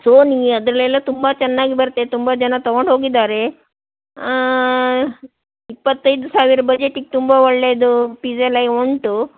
Sony ಅದರಲ್ಲೆಲ್ಲ ತುಂಬ ಚೆನ್ನಾಗಿ ಬರ್ತೆ ತುಂಬ ಜನ ತಗೊಂಡು ಹೋಗಿದ್ದಾರೆ ಇಪ್ಪತ್ತೈದು ಸಾವಿರ ಬಜೆಟಿಗ್ ತುಂಬ ಒಳ್ಳೆಯದು ಪೀಸ್ ಎಲ್ಲ ಇವಾಗ ಉಂಟು